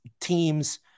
teams